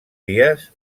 dies